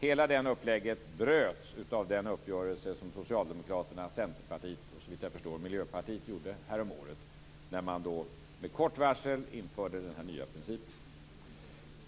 Hela det upplägget bröts av den uppgörelse som Socialdemokraterna, Centerpartiet och såvitt jag förstår Miljöpartiet träffade häromåret när man med kort varsel införde den nya principen.